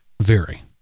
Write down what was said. vary